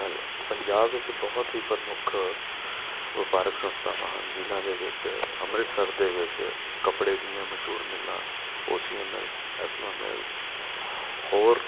hello Punjab ਵਿੱਚ ਬਹੁਤ ਹੀ ਪ੍ਰਮੁੱਖ ਵਪਾਰਕ ਸੰਸਥਾਵਾਂ ਹਨ ਜਿਨ੍ਹਾਂ ਦੇ ਵਿੱਚ ਅੰਮ੍ਰਿਤਸਰ ਦੇ ਵਿੱਚ ਕੱਪੜੇ ਦੀਆਂ ਮਸ਼ਹੂਰ ਮਿੱਲਾਂ ਉਸੀਆਂ ਮਿਲਸ ਐਸਮਾ ਮਿਲਸ ਹੋਰ